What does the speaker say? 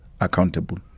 accountable